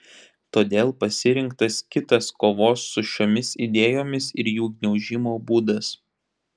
todėl pasirinktas kitas kovos su šiomis idėjomis ir jų gniaužimo būdas